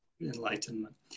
Enlightenment